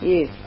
Yes